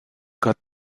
kat